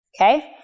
Okay